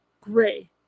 gray